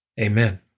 Amen